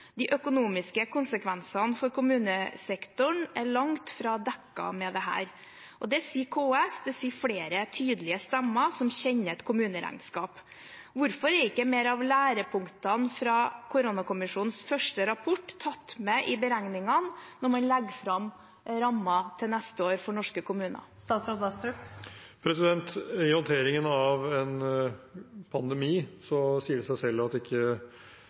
De økonomiske konsekvensene for kommunesektoren er langt fra dekket med dette. Det sier KS, og det sier flere tydelige stemmer som kjenner et kommuneregnskap. Hvorfor er ikke flere av lærepunktene fra koronakommisjonens første rapport tatt med i beregningene når man legger fram rammen for neste år for norske kommuner? I håndteringen av en pandemi sier det seg selv at ikke